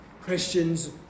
Christians